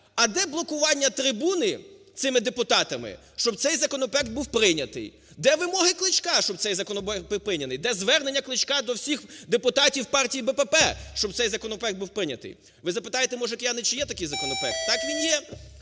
а де блокування трибуни цими депутатами, щоб цей законопроект був прийнятий, де вимоги Кличка, щоб цей законопроект був прийнятий, де звернення Кличка до всіх депутатів партії БПП, щоб цей законопроект був прийнятий. Ви запитаєте, може, а чи не є такий законопроект? Так, він є.